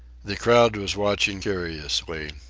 the crowd was watching curiously.